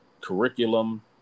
curriculum